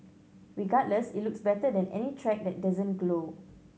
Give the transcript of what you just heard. regardless it looks better than any track that doesn't glow